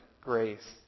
grace